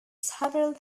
several